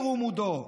ירום הודו.